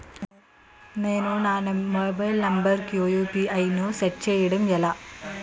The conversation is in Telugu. నేను నా మొబైల్ నంబర్ కుయు.పి.ఐ ను సెట్ చేయడం ఎలా?